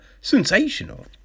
sensational